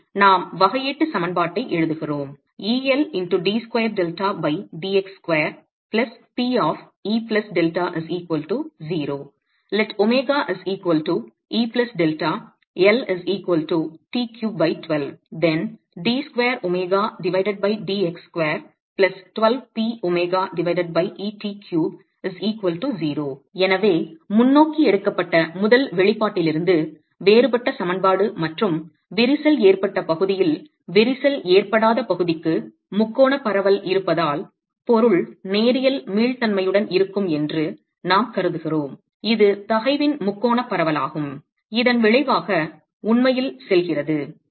எனவே நாம் வகையீட்டு சமன்பாட்டை எழுதுகிறோம் எனவே முன்னோக்கி எடுக்கப்பட்ட முதல் வெளிப்பாட்டிலிருந்து வேறுபட்ட சமன்பாடு மற்றும் விரிசல் ஏற்பட்ட பகுதியில் விரிசல் ஏற்படாத பகுதிக்கு முக்கோணப் பரவல் இருப்பதால் பொருள் நேரியல் மீள்தன்மையுடன் இருக்கும் என்று நாம் கருதுகிறோம் இது தகைவின் முக்கோணப் பரவலாகும் இதன் விளைவாக உண்மையில் செல்கிறது